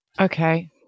Okay